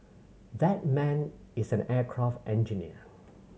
that man is an aircraft engineer